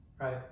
Right